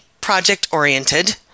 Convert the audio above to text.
project-oriented